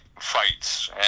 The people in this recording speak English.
fights